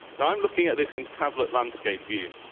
now i'm looking at this in tablet landscape view.